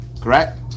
correct